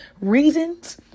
reasons